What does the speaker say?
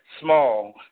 small